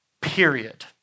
period